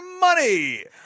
money